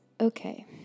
Okay